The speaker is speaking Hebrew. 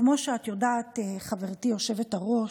כמו שאת יודעת, חברתי היושבת-ראש,